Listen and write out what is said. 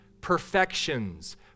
perfections